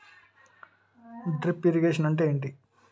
Drip irrigation అంటే ఏమిటి?